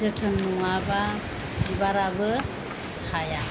जोथोन नङाबा बिबाराबो थाया